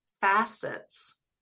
facets